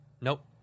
Nope